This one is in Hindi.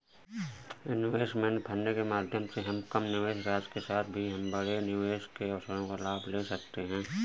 इनवेस्टमेंट फंड के माध्यम से हम कम निवेश राशि के साथ भी हम बड़े निवेश के अवसरों का लाभ ले सकते हैं